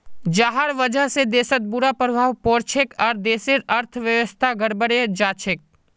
जहार वजह से देशत बुरा प्रभाव पोरछेक आर देशेर अर्थव्यवस्था गड़बड़ें जाछेक